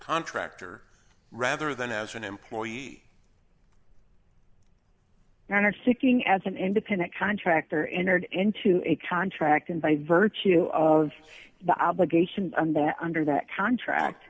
contractor rather than as an employee manner of speaking as an independent contractor in order into a contract and by virtue of the obligation under that contract